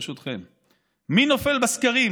ברשותכם: מי נופל בסקרים,